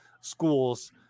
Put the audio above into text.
schools